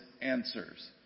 answers